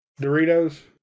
Doritos